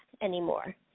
anymore